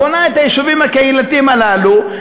בונה את היישובים הקהילתיים הללו,